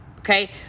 Okay